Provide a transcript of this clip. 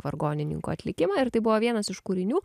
vargonininkų atlikimą ir tai buvo vienas iš kūrinių